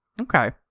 Okay